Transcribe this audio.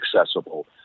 accessible